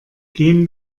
gehen